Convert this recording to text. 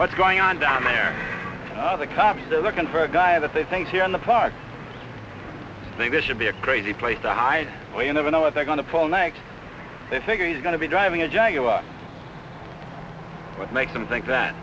what's going on down there the cops are looking for a guy that they think here in the park they this should be a crazy place to hide but you never know what they're going to pull next they figure he's going to be driving a jaguar what makes them think that